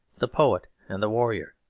the poet, and the warrior.